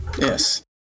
Yes